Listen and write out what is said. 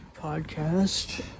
podcast